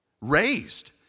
raised